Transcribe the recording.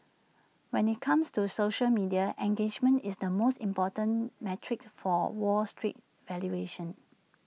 when IT comes to social media engagement is the most important metric for wall street valuations